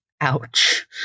Ouch